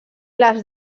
les